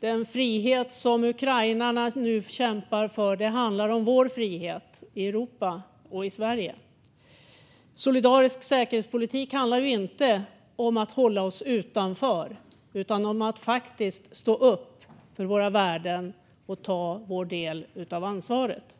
Den frihet som ukrainarna nu kämpar för handlar om vår frihet i Europa och Sverige. Solidarisk säkerhetspolitik handlar inte om att hålla oss utanför utan om att stå upp för våra värden och ta vår del av ansvaret.